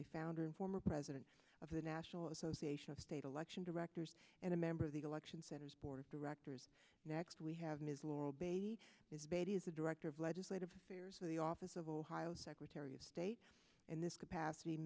the founder and former president of the national association of state election directors and a member of the election center's board of directors next we have ms laurel bay this baby is a director of legislative affairs of the office of ohio secretary of state in this capacity